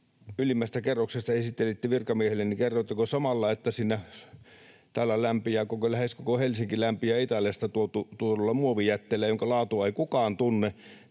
ylimmästä kerroksesta esittelitte sitä virkamiehille, niin kerroitteko samalla, että täällä lähes koko Helsinki lämpiää Italiasta tuodulla muovijätteellä, jonka laatua ei kukaan tunne?